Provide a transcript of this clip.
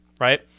right